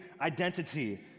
identity